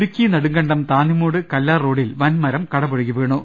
ഇടുക്കി നെടുങ്കണ്ടം താന്നിമൂട് കല്ലാർ റോഡിൽ വൻമരം കടപുഴകി വീണു